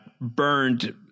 burned